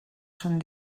són